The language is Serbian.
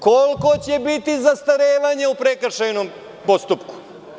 Koliko će biti zastarevanje u prekršajnom postupku?